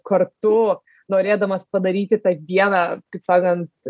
kartu norėdamos padaryti per dieną kaip sakant